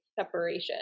separation